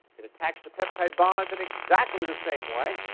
it attacks the peptide bond in exactly the same way.